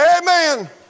Amen